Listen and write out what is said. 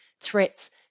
threats